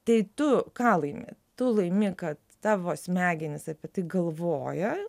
tai tu ką laimi tu laimi kad tavo smegenys apie tai galvoja